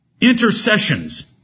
intercessions